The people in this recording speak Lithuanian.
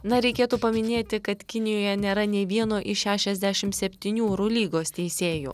na reikėtų paminėti kad kinijoje nėra nei vieno iš šešiasdešimt septynių eurolygos teisėjų